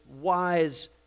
wise